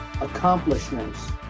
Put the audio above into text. accomplishments